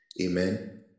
Amen